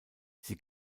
sie